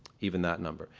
even that number.